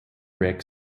rick